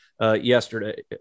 yesterday